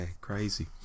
crazy